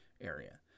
area